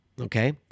Okay